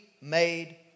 made